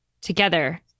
together